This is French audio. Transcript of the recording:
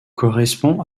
correspond